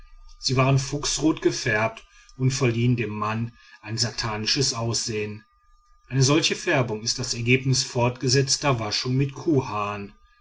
sie waren fuchsrot gefärbt und verliehen dem mann ein satanisches aussehen eine solche färbung ist das ergebnis fortgesetzter waschungen mit